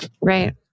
Right